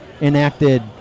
enacted